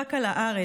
במאבק על הארץ,